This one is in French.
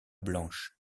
blanche